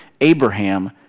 Abraham